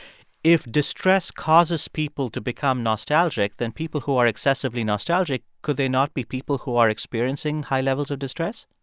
if distress causes people to become nostalgic, then people who are excessively nostalgic, could they not be people who are experiencing high levels of distress?